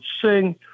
sing